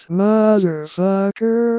motherfucker